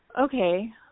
Okay